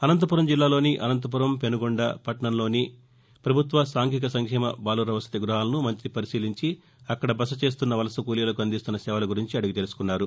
అనంతపురం జిల్లాలోని అనంతపురం పెనుకొండ పట్టణంలోని పభుత్వ సాంఘిక సంక్షేమ బాలుర వసతి గృహాలను మంత్రి పరిశీలించి అక్కడ బస చేస్తున్న వలస కూలీలకు అందిస్తున్న సేవలగురించి అడిగి తెలుసుకున్నారు